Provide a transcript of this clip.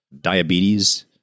diabetes